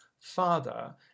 father